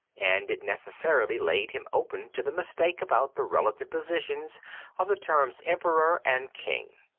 and it necessarily laid him open to the mistake about the relative positions of the terms emperor and king.